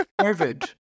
COVID